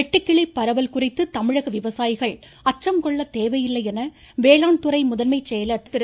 வெட்டுக்கிளி பரவல் குறித்து தமிழக விவசாயிகள் அச்சம் கொள்ள தேவையில்லை என வேளாண்துறை முதன்மை செயலர் திரு